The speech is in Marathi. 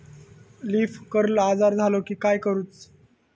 लीफ कर्ल आजार झालो की काय करूच?